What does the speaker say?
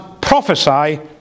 prophesy